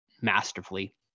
masterfully